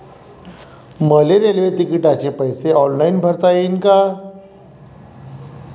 मले रेल्वे तिकिटाचे पैसे ऑनलाईन भरता येईन का?